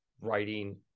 writing